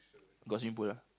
got swimming pool ah